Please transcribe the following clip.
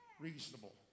reasonable